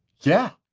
yeah,